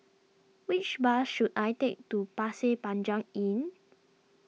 which bus should I take to Pasir Panjang Inn